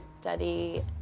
study